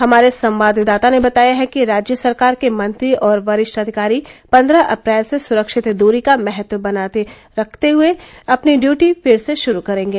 हमारे संवाददाता ने बताया है कि राज्य सरकार के मंत्री और वरिष्ठ अधिकारी पन्द्रह अप्रैल से सुरक्षित दूरी का महत्व बनाए रखते हुए अपनी ड्यूटी फिर शुरू करेंगे